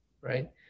right